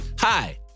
Hi